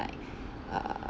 err